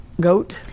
goat